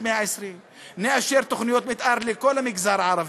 120 הימים ונאשר תוכניות מתאר לכל המגזר הערבי,